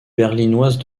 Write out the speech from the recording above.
berlinoise